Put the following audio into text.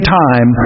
time